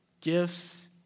gifts